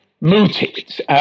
mooted